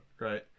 right